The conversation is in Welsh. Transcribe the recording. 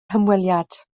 hymweliad